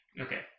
Okay